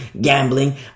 gambling